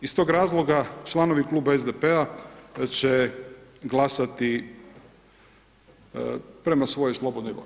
Iz tog razloga, članovi Kluba SDP-a će glasati prema svojoj slobodnoj volji.